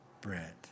bread